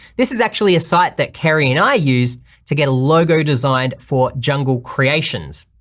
this is actually a site that carrie and i used to get a logo designed for jungle creations.